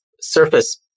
surface